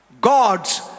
God's